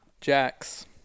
Jax